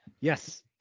Yes